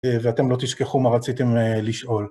ואתם לא תשכחו מה רציתם לשאול.